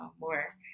more